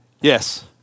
Yes